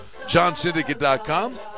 JohnSyndicate.com